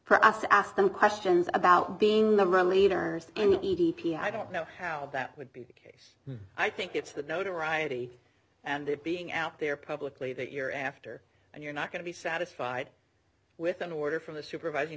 for us to ask them questions about being the leaders in the e d p i don't know how that would be the case i think it's the notoriety and it being out there publicly that you're after and you're not going to be satisfied with an order from the supervising